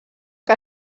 que